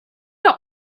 are